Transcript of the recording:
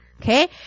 Okay